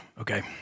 okay